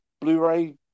Blu-ray